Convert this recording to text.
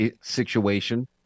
situation